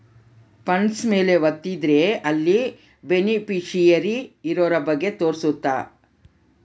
funds ಮೇಲೆ ವತ್ತಿದ್ರೆ ಅಲ್ಲಿ ಬೆನಿಫಿಶಿಯರಿ ಇರೋರ ಬಗ್ಗೆ ತೋರ್ಸುತ್ತ